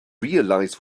realize